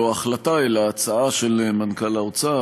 לא החלטה אלא הצעה של מנכ"ל האוצר,